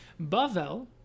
Bavel